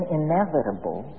inevitable